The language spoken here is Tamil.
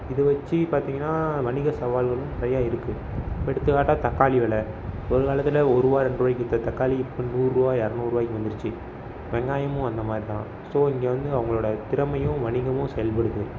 இதை வச்சு பார்த்திங்கன்னா வணிக சவால்களும் நிறைய இருக்குது எடுத்துக்காட்டாக தக்காளி விலை ஒரு காலத்தில் ஒரு ரூபா ரெண்டு ரூபாக்கி விற்ற தக்காளி இப்போ நூறு ரூபா இரநூறு ரூபாக்கி வந்துடுச்சு வெங்காயமும் அந்த மாதிரி தான் ஸோ இங்கே வந்து அவங்களோட திறமையும் வணிகமும் செயல்படுது